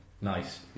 Nice